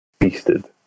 beasted